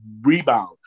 rebound